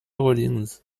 rollins